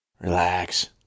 Relax